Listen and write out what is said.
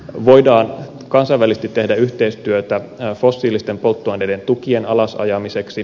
voidaan kansainvälisesti tehdä yhteistyötä fossiilisten polttoaineiden tukien alasajamiseksi